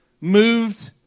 moved